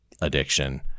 addiction